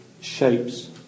shapes